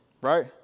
right